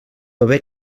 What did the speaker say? haver